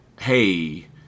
Hey